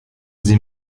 sie